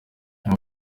aba